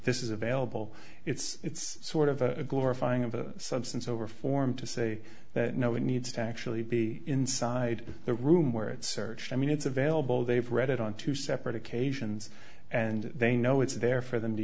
this is available it's sort of a glorifying of substance over form to say that no it needs to actually be inside the room where it searched i mean it's available they've read it on two separate occasions and they know it's there for them to